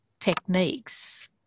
techniques